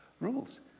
rules